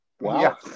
Wow